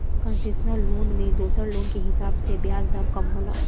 concessional loan में दोसर loan के हिसाब से ब्याज दर कम होला